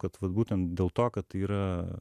kad vat būtent dėl to kad tai yra